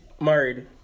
married